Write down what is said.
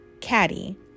Caddy